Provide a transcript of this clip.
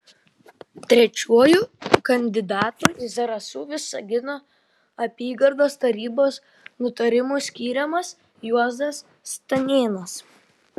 trečiuoju kandidatu į zarasų visagino apygardą tarybos nutarimu skiriamas juozas stanėnas